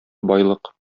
байлык